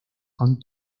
con